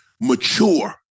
mature